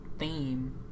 Theme